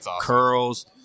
curls